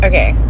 Okay